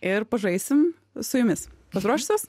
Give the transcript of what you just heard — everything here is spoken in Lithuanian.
ir pažaisim su jumis pasiruošusios